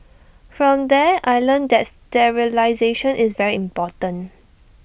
from there I learnt that sterilisation is very important